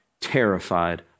terrified